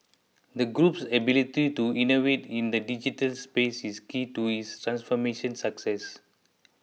the group's ability to innovate in the digital space is key to its transformation success